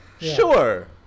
Sure